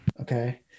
okay